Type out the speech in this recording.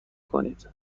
کنید